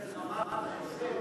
איך אמרת?